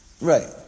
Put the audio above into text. Right